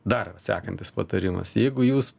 dar sekantis patarimas jeigu jūs